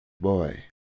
Boy